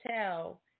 tell